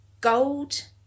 Gold